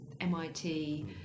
MIT